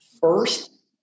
first